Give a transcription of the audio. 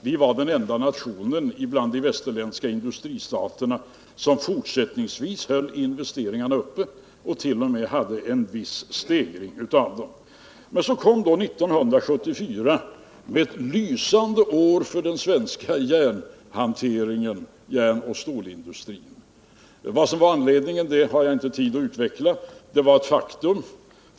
Vi var den enda nationen bland de västerländska industristaterna som fortsättningsvis höll investeringarna uppe och t.o.m. hade en viss stegring av dem. Så kom då 1974 — ett lysande år för den svenska järnoch stålindustrin. Vad som var anledningen har jag inte tid att utveckla; det var ett faktum.